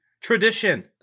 Tradition